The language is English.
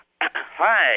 hi